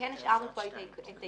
כן השארנו כאן את העיקרון.